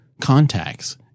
Contacts